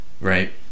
Right